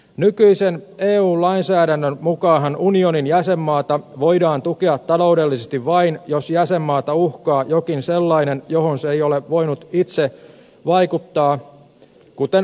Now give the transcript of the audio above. nykyisen eu lainsäädännön mukaanhan unionin jäsenmaata voidaan tukea taloudellisesti vain jos jäsenmaata uhkaa jokin sellainen mihin se ei ole voinut itse vaikuttaa kuten luonnonkatastrofi